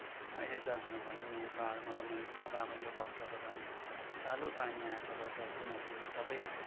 अहिले त हाम्रो भन्ने पहाडमा त मैले थाह पाएको त यो बर्ष त झन् बिषालु पानी आएको छ उन्नतिहरू सबै